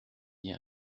dit